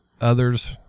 others